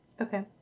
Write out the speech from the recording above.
Okay